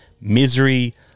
Misery